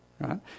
right